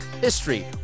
history